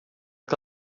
que